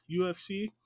UFC